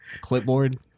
Clipboard